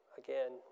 again